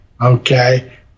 Okay